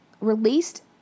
released